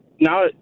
now